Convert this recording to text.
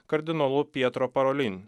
kardinolu pietro parolin